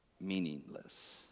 meaningless